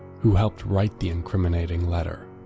who helped write the incriminating letter.